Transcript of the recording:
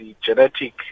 genetic